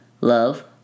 love